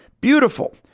Beautiful